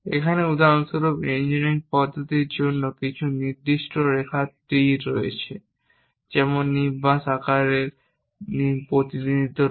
এখানে উদাহরণস্বরূপ ইঞ্জিনিয়ারিং পদ্ধতির জন্য কিছু নির্দিষ্ট রেখার তীর রয়েছে যেমন নিম্বাস আকারের প্রতিনিধিত্ব করে